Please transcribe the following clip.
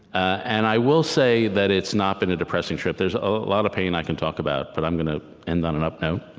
and i will say that it's not been a depressing trip. there's a lot of pain i can talk about, but i'm going to end on an up note,